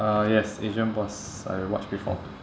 uh yes asian boss I watch before